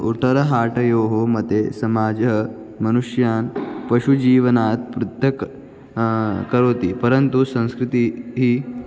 उटरहाटयोः मते समाजः मनुष्यान् पशुजीवनात् पृथक् करोति परन्तु संस्कृतिः